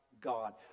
God